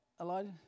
Elijah